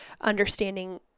understanding